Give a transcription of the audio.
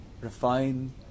refine